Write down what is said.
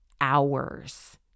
hours